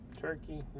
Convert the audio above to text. turkey